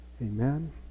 Amen